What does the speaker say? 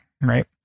right